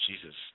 Jesus